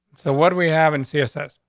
so what we have in css.